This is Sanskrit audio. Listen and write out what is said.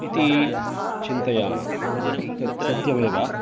इति चिन्तयामः तत् सत्यमेव